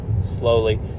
slowly